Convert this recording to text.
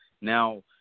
Now